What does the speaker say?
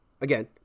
Again